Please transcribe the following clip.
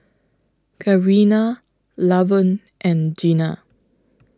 Karina Lavon and Gina